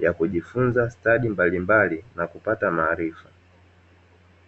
ya kujifunza stadi mbalimbali na kupata maarifa.